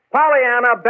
Pollyanna